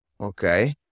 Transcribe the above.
okay